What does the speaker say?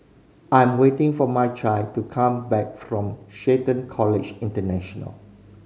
I am waiting for Mychal to come back from Shelton College International